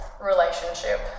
relationship